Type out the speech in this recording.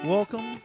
Welcome